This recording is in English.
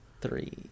Three